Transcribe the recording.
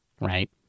right